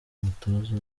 umutoza